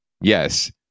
yes